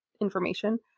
information